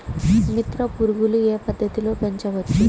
మిత్ర పురుగులు ఏ పద్దతిలో పెంచవచ్చు?